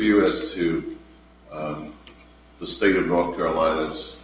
view as to the state of north carolina was